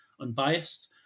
unbiased